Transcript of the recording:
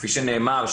כפי שנאמר,